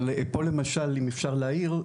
אבל פה למשל אם אפשר להעיר,